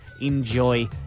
enjoy